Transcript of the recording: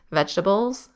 vegetables